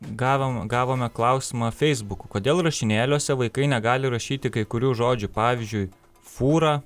gavom gavome klausimą feisbuku kodėl rašinėliuose vaikai negali rašyti kai kurių žodžių pavyzdžiui fūra